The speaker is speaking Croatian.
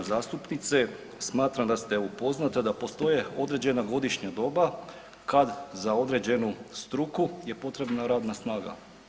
Uvažena zastupnice, smatram da ste upoznati da postoje određena godišnja doba kad za određenu struku je potrebna radna snaga.